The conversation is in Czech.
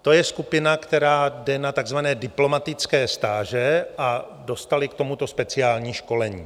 To je skupina, která jde na takzvané diplomatické stáže, a dostali k tomu speciální školení.